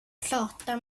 prata